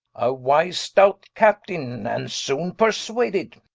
a wise stout captaine, and soone perswaded